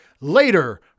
later